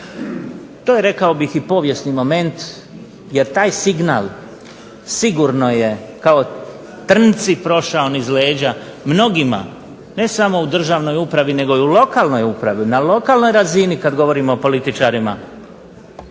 To je rekao bih i povijesni moment jer taj signal sigurno je kao trnci prošao niz leđa mnogima, ne samo u državnoj upravi nego i u lokalnoj upravi na lokalnoj razini kad govorimo o političarima,